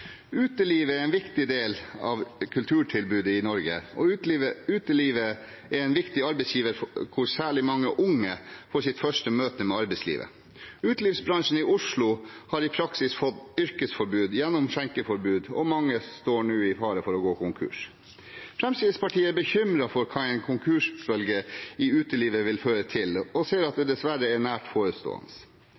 Utelivet er en viktig del av kulturtilbudet i Norge, og utelivet er en viktig arbeidsgiver, hvor særlig mange unge får sitt første møte med arbeidslivet. Utelivsbransjen i Oslo har i praksis fått yrkesforbud gjennom skjenkeforbud, og mange står nå i fare for å gå konkurs. Fremskrittspartiet er bekymret for hva en konkursbølge i utelivet vil føre til, og ser at det dessverre er nært forestående.